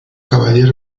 caballero